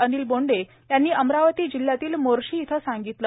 अनिल बोंडे यांनी अमरावती जिल्ह्यातील मोर्शी इथं सांगितले